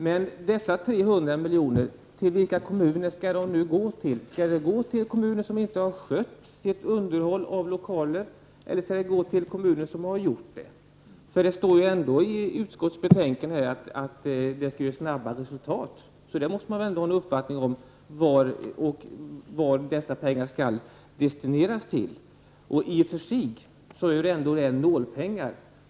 Men vilka kommuner skall dessa 300 miljoner gå till? Skall de gå till kommuner som inte sköter underhåll av lokalerna, eller skall de gå till kommuner som gjort det? Det står i utskottsbetänkandet att det skall ge snabba resultat. Då måste man väl ha en uppfattning om vad dessa pengar skall destineras till. I och för sig är det ändå nålpengar.